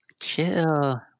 Chill